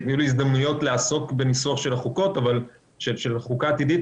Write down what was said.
היו לי הזדמנויות לעסוק בניסוח של חוקה עתידית,